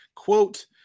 Quote